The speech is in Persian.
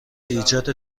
ایجاد